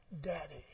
Daddy